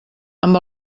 amb